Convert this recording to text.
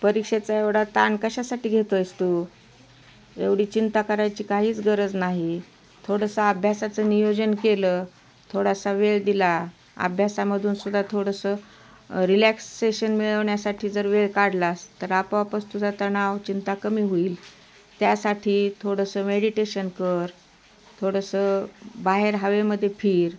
परीक्षेचा एवढा ताण कशासाठी घेतोएस तू एवढी चिंता करायची काहीच गरज नाही थोडंसं अभ्यासाचं नियोजन केलं थोडासा वेळ दिला अभ्यासामधूनसुद्धा थोडंसं रिलॅक्सेशन मिळवण्यासाठी जर वेळ काढलास तर आपोआपच तुझा तणाव चिंता कमी होईल त्यासाठी थोडंसं मेडिटेशन कर थोडंसं बाहेर हवेमध्ये फिर